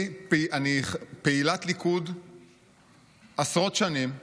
אני פעילת ליכוד עשרות שנים,